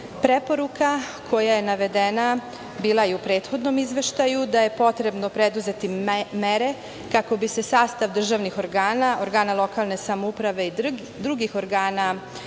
koja je navedena bila je i u prethodnom izveštaju da je potrebno preduzeti mere kako bi se sastav državnih organa, organa lokalne samouprave i drugih organa